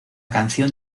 canción